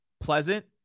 pleasant